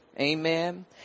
Amen